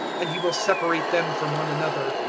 and he will separate them from one another,